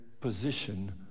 position